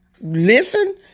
Listen